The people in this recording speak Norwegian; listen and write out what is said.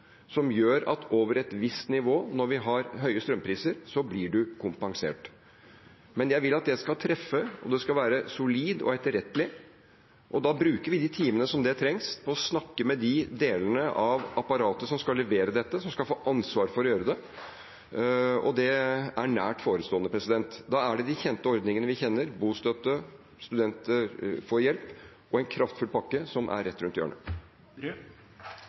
som gjør at over et visst nivå, når vi har høye strømpriser, blir du kompensert. Men jeg vil at det skal treffe, og det skal være solid og etterrettelig. Da bruker vi de timene som trengs på å snakke med de delene av apparatet som skal levere dette, som skal få ansvaret for å gjøre det, og det er nær forestående. Da er det de kjente ordningene vi kjenner: bostøtte, studenter får hjelp – og en kraftfull pakke, som er rett rundt hjørnet.